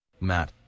Matt